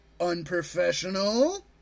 Unprofessional